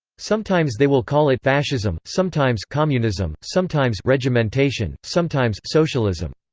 sometimes they will call it fascism, sometimes communism, sometimes regimentation, sometimes socialism.